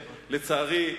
לצערי,